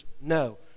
No